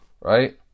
right